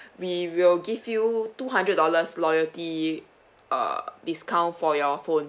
we will give you two hundred dollars loyalty uh discount for your phone